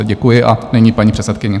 Děkuji a nyní paní předsedkyně.